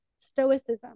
Stoicism